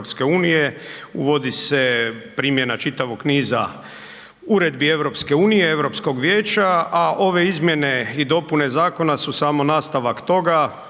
uvodi se primjena čitavog niza uredbi EU, Europskog vijeća a ove izmjene i dopune zakona su samo nastavak toga,